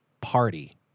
party